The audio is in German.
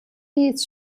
dies